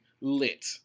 lit